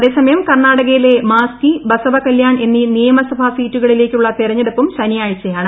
അതേസമയം കർണ്ണാടകയിലെ മാസ്കി ബസവകല്യാൺ എന്നീ നിയമസഭാ സീറ്റുകളിലേക്കുള്ള തെരഞ്ഞെടുപ്പും ശനിയാഴ്ചയാണ്